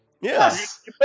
Yes